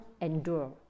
endure